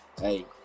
Hey